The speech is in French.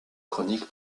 chronique